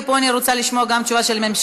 ופה אני רוצה לשמוע גם את תשובת הממשלה,